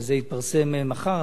וזה יתפרסם מחר,